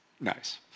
Nice